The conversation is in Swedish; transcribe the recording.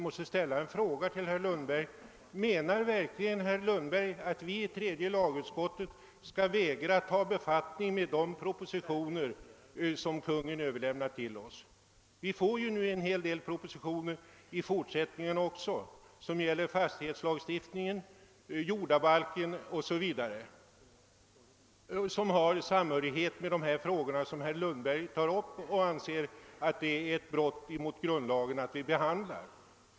Herr talman! Menar verkligen herr Lundberg att vi i tredje lagutskottet skall vägra att ta befattning med de propositioner som Kungl. Maj:t överlämnar till oss? Vi får i fortsättningen en hel del propositioner beträffande fastighetslagstiftningen, jordabalken etc. som hör samman med de frågor som det enligt herr Lundbergs mening är ett brott mot grundlagen att behandla.